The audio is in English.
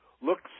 looks